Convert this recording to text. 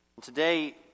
Today